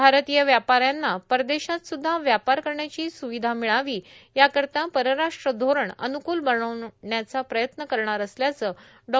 भारतीय व्यापाऱ्यांना परदेशात सुद्धा व्यापार करण्याची सुविधा मिळावी याकरिता परराष्ट्र धोरणर अनुकूल बनवण्याचा प्रयत्न करणार असल्याच डॉ